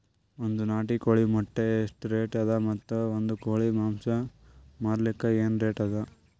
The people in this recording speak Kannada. ಒಂದ್ ನಾಟಿ ಕೋಳಿ ಮೊಟ್ಟೆ ಎಷ್ಟ ರೇಟ್ ಅದ ಮತ್ತು ಒಂದ್ ಕೋಳಿ ಮಾಂಸ ಮಾರಲಿಕ ಏನ ರೇಟ್ ಅದ?